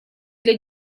для